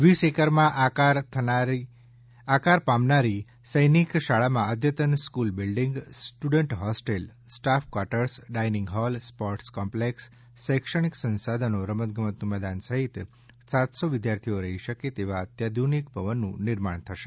વીસ એકરમાં સાકાર થનારી સૈનિક શાળામાં અદ્યતન school building student hostel staff quarters dining hall sports complex શૈક્ષણિક સંસાધનો રમતગમતનું મેદાન સહિત સાતસો વિદ્યાર્થીઓ રહી શકે તેવા અત્યાધુનિક ભવનનું નિર્માણ થશે